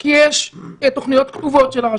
כי יש תוכניות כתובות של הרשות.